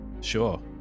Sure